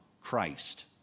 Christ